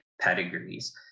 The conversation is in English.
pedigrees